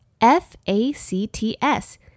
F-A-C-T-S